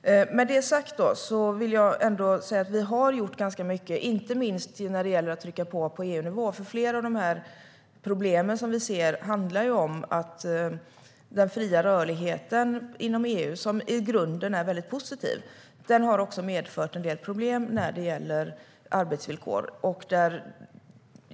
Med det sagt vill jag säga att vi har gjort ganska mycket, inte minst när det gäller påtryckningar på EU-nivå. Flera av de problem vi ser handlar om att den fria rörligheten inom EU, vilken i grunden är väldigt positiv, också har medfört en del problem när det gäller arbetsvillkor.